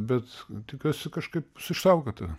bet tikiuosi kažkaip bus išsaugota